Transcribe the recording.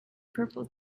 purple